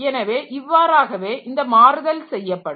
எனவே இவ்வாறாகவே இந்த மாறுதல் செய்யப்படும்